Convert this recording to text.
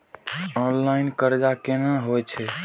Online कर्ज केना होई छै?